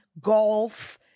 golf